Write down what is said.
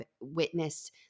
witnessed